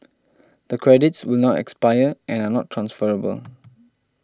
the credits will not expire and are not transferable